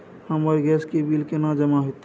हमर गैस के बिल केना जमा होते?